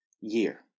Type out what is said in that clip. year